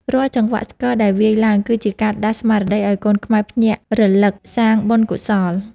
រាល់ចង្វាក់ស្គរដែលវាយឡើង គឺជាការដាស់ស្មារតីឱ្យកូនខ្មែរភ្ញាក់រលឹកសាងបុណ្យកុសល។